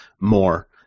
more